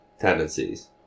tendencies